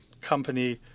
company